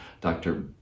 Dr